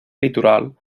litoral